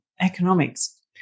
economics